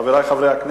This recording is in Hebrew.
חברי חברי הכנסת,